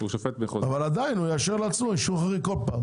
אבל עדיין יאשר לעצמו אישור חריג כל פעם,